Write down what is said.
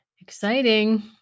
Exciting